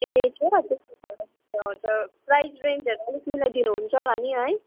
ए हजुर प्राइज रेन्जहरू अलिक मिलाइदिनु हुन्छ होला नि है